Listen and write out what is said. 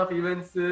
events